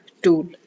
tool